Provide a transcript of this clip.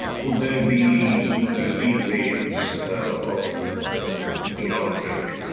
could there be repeat waves of the outbreak?